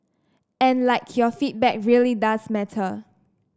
and like your feedback really does matter